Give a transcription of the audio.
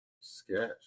Sketch